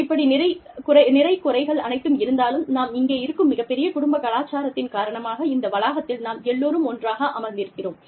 இப்படி நிறை குறைகள் அனைத்தும் இருந்தாலும் நாம் இங்கே இருக்கும் மிகப்பெரிய குடும்ப கலாச்சாரத்தின் காரணமாக இந்த வளாகத்தில் நாம் எல்லோரும் ஒன்றாக அமர்ந்திருக்கிறோம்